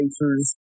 racers